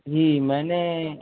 جی میں نے